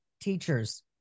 teachers